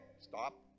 stop